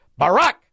Barack